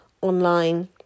online